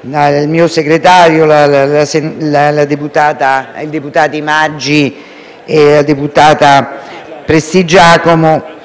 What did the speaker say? (il mio segretario e i deputati Maggi e Prestigiacomo),